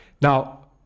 Now